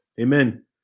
Amen